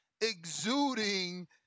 exuding